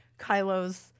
Kylo's